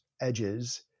edges